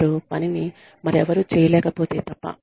వారి పనిని మరెవరూ చేయలేకపోతే తప్ప